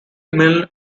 milne